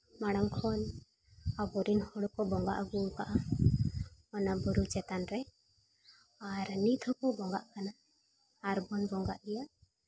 ᱢᱟᱲᱟᱝ ᱠᱷᱚᱱ ᱟᱵᱚᱨᱮᱱ ᱦᱚᱲ ᱠᱚ ᱵᱚᱸᱜᱟ ᱟᱹᱜᱩᱣᱟᱠᱟᱫᱼᱟ ᱚᱱᱟ ᱵᱩᱨᱩ ᱪᱮᱛᱟᱱ ᱨᱮ ᱟᱨ ᱱᱤᱛ ᱦᱚᱸᱠᱚ ᱵᱚᱸᱜᱟᱜ ᱠᱟᱱᱟ ᱟᱨ ᱵᱚᱱ ᱵᱚᱸᱜᱟᱜ ᱜᱮᱭᱟ